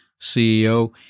CEO